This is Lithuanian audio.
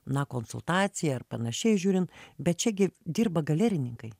na konsultaciją ar panašiai žiūrint bet čia gi dirba galerininkai